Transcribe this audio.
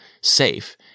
safe